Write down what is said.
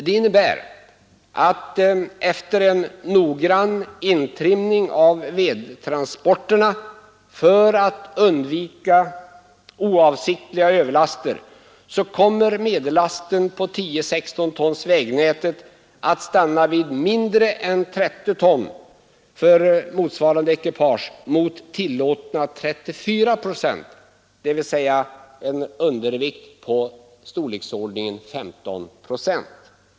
Det innebär att efter en noggrann intrimning av vedtransporterna för att undvika oavsiktliga överlaster kommer medellasten på 10/16 tonsvägnätet att stanna vid mindre än 30 ton för motsvarande ekipage mot tillåtna 34 ton, dvs. en undervikt på omkring 15 procent.